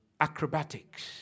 acrobatics